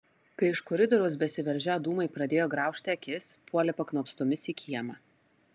kai iš koridoriaus besiveržią dūmai pradėjo graužti akis puolė paknopstomis į kiemą